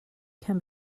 can